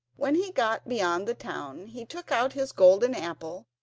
when he got beyond the town he took out his golden apple,